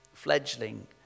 fledgling